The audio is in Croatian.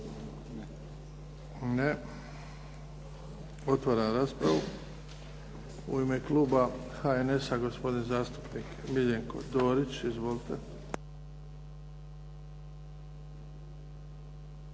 Ne. Otvaram raspravu. U ime kluba HNS-a, gospodin zastupnik Miljenko Dorić. Izvolite.